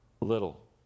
little